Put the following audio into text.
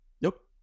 Nope